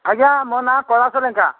ଆଜ୍ଞା ମୋ ନାଁ କୈଳାଶ ଲେଙ୍କା